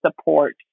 support